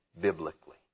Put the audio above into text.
biblically